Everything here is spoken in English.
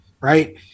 right